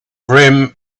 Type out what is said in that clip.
brim